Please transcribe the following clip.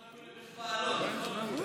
אם יש ועדות.